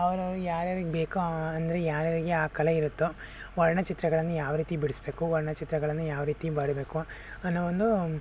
ಅವ್ರವ್ರಿಗೆ ಯಾರು ಯಾರಿಗೆ ಬೇಕೋ ಅಂದರೆ ಯಾರು ಯಾರಿಗೆ ಆ ಕಲೆ ಇರುತ್ತೋ ವರ್ಣ ಚಿತ್ರಗಳನ್ನು ಯಾವ ರೀತಿ ಬಿಡಿಸ್ಬೇಕು ವರ್ಣ ಚಿತ್ರಗಳನ್ನು ಯಾವ ರೀತಿ ಬರಿಬೇಕು ಅನ್ನೋ ಒಂದು